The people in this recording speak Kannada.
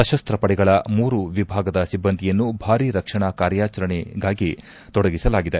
ಸಶಸ್ತ ಪಡೆಗಳ ಮೂರು ವಿಭಾಗದ ಸಿಬ್ಬಂದಿಯನ್ನು ಭಾರೀ ರಕ್ಷಣಾ ಕಾರ್ಯಾಚರಣೆಗಾಗಿ ತೊಡಗಿಸಲಾಗಿದೆ